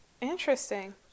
Interesting